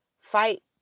fight